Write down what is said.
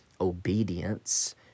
obedience